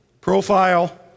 Profile